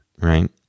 right